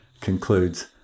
concludes